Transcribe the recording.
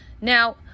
Now